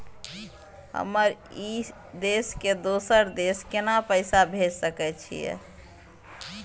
हम ई देश से दोसर देश केना पैसा भेज सके छिए?